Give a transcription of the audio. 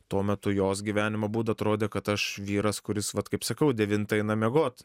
tuo metu jos gyvenimo būdą atrodė kad aš vyras kuris vat kaip sakau devintą eina miegot